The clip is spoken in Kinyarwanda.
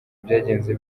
byagenze